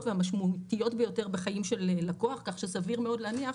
והמשמעותיות ביותר בחיים של לקוח כך שסביר מאוד להניח